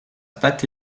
pâte